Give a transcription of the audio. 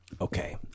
Okay